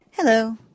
Hello